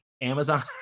Amazon